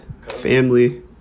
family